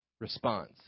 response